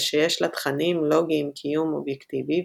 ושיש לתכנים לוגיים קיום אובייקטיבי,